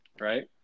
right